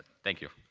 thank you.